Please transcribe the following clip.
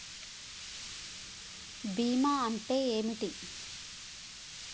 బీమా అంటే ఏమిటి?